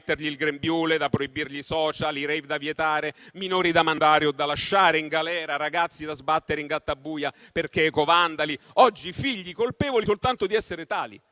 da mettergli il grembiule, da proibirgli i *social*, i *rave* da vietare, minori da mandare o da lasciare in galera, ragazzi da sbattere in gattabuia perché ecovandali, oggi figli colpevoli soltanto di essere tali,